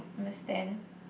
understand